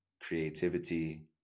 creativity